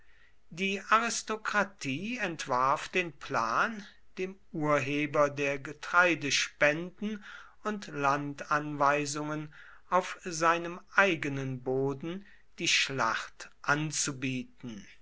die aristokratie entwarf den plan dem urheber der getreidespenden und landanweisungen auf seinem eigenen boden die schlacht anzubieten